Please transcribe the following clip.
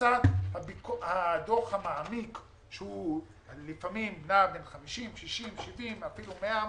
לצד הדוח המעמיק שלפעמים נע בין 50,60,70 ואפילו 100 עמודים,